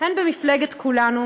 הן במפלגת כולנו,